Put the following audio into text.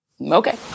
Okay